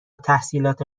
تحصیلات